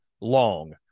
long